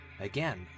Again